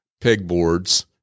pegboards